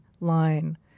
line